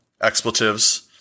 expletives